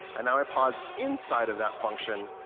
and now i pause inside of that function,